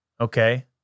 Okay